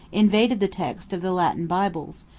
invaded the text of the latin bibles,